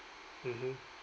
mmhmm